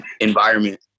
environment